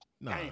No